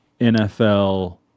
NFL